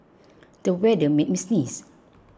the weather made me sneeze